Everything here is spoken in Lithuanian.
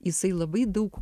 jisai labai daug